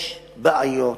יש בעיות,